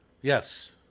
Yes